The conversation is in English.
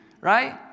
right